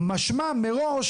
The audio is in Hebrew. משמע מראש